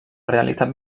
realitat